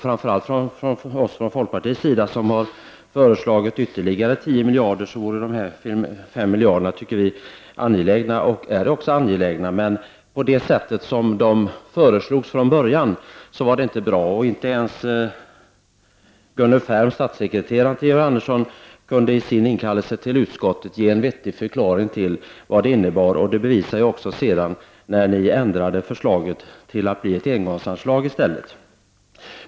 Framför allt för oss i folkpartiet, som har föreslagit ytterligare 10 miljarder, vore de här 5 miljarderna angelägna, men på det sätt som de föreslogs från början var det inte bra. Inte ens Gunnel Färm, Georg Anderssons statssekreterare, kunde inför utskottet ge en riktig förklaring till vad det ursprungliga förslaget innebar. Att det inte var bra bevisas också av att ni sedan ändrade det till att i stället bli ett engångsanslag.